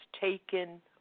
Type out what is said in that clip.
taken